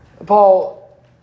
Paul